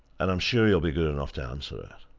and i'm sure you'll be good enough to answer it.